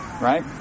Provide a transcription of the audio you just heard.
right